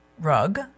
rug